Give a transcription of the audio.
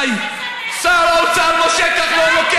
שר האוצר משה כחלון, די כבר.